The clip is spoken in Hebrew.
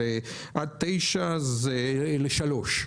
עד תשע זה לשלוש,